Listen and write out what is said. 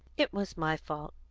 it was my fault.